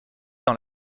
dans